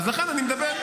לכן אני מדבר.